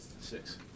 Six